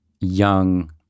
young